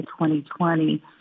2020